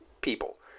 people